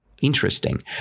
interesting